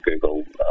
Google